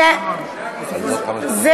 זאת גרסת ה"מודה" שלך?